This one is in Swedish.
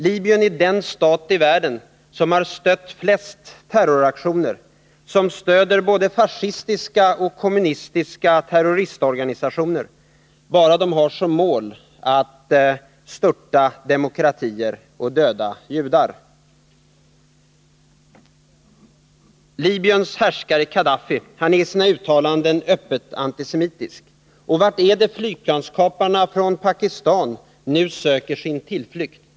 Libyen är den stat i världen som har stött flest terroraktioner, som stöder både fascistiska och kommunistiska terrororganisationer — bara de har som mål att störta demokratier och döda judar. Libyens härskare Kadaffi är i sina uttalanden öppet antisemitisk. Var är det flygplanskaparna från Pakistan nu söker sin tillflykt?